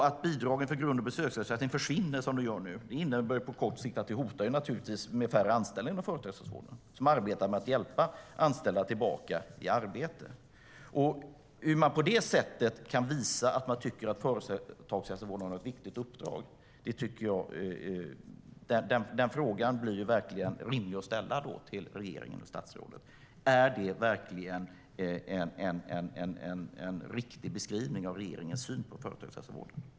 Att bidragen för grundersättning och besöksersättning försvinner kan på kort sikt innebära färre anställda inom företagshälsovården, och färre kommer då att arbeta med att hjälpa anställda tillbaka till arbete. Hur visar man på detta sätt att företagshälsovården har ett viktigt uppdrag? Det är en rimlig fråga till regeringen och statsrådet. Är det verkligen en riktig beskrivning av regeringens syn på företagshälsovården?